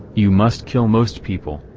you must kill most people,